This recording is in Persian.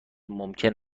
ممکن